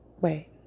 wait